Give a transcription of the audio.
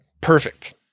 perfect